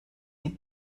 die